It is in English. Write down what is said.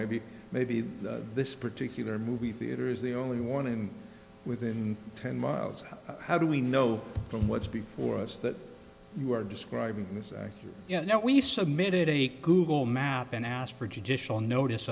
maybe maybe this particular movie theater is the only one and within ten miles how do we know from what's before us that you are describing this you know we submitted a google map and asked for judicial notice